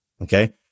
okay